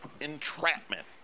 entrapment